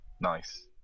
nice